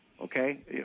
okay